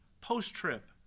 post-trip